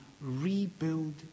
rebuild